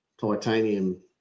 titanium